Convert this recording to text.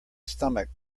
stomach